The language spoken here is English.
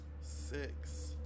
six